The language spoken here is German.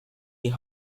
die